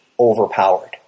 overpowered